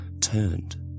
turned